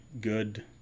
good